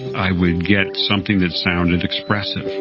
i would get something that sounded expressive,